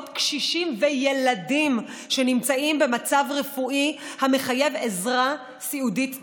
של קשישים וילדים שנמצאים במצב רפואי המחייב עזרה סיעודית צמודה.